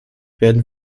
werden